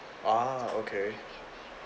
ah okay